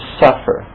suffer